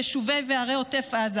ליישובים ולערי עוטף עזה